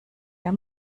der